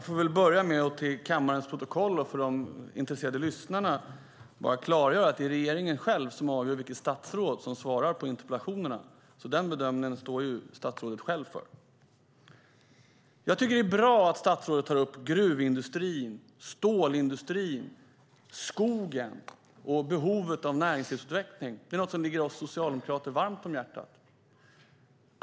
Fru talman! Jag ska för protokollets och de intresserade lyssnarnas skull börja med att klargöra att det är regeringen själv som avgör vilket statsråd som svarar på interpellationerna. Denna bedömning står statsrådet själv för. Jag tycker att det är bra att statsrådet tar upp gruvindustrin, stålindustrin, skogen och behovet av näringslivsutveckling. Det är något som ligger oss socialdemokrater varmt om hjärtat.